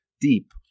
deep